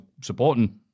supporting